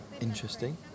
interesting